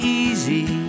easy